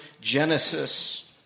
Genesis